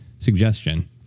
suggestion